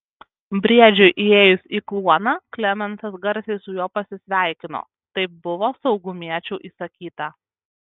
briedžiui įėjus į kluoną klemensas garsiai su juo pasisveikino taip buvo saugumiečių įsakyta